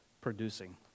producing